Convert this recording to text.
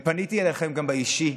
ופניתי אליכם גם באישי,